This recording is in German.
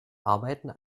arbeiten